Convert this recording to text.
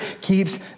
keeps